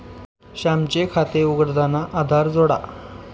श्यामचे खाते उघडताना आधार जोडा